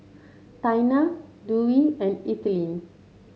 Taina Dewey and Ethelene